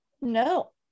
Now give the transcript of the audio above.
No